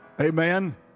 Amen